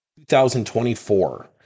2024